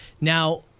Now